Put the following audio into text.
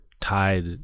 tied